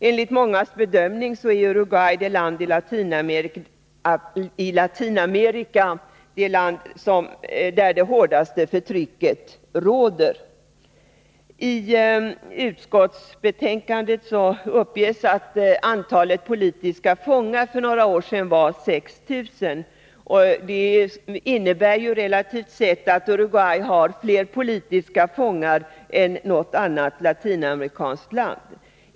Enligt mångas bedömning är Uruguay det land i Latinamerika där det hårdaste förtrycket råder. I utskottsbetänkandet uppges att antalet politiska fångar för några år sedan varuppei6 000. Det innebär att Uruguay relativt sett har fler politiska fångar än något annat latinamerikanskt land.